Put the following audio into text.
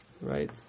Right